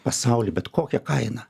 pasaulį bet kokia kaina